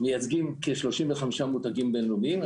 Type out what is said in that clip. מייצגים כ-35 מותגים בין-לאומיים.